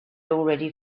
already